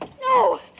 No